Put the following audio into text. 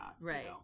Right